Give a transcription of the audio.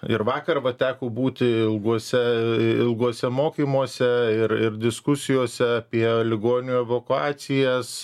ir vakar va teko būti ilguose ilguose mokymuose ir ir diskusijose apie ligonių evakuacijas